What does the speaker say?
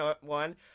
one